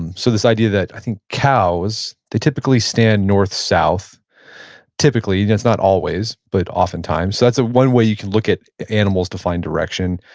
um so this idea that i think cows, they typically stand north-south typically, it's not always, but oftentimes. so, that's one way you can look at animals to find direction.